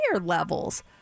levels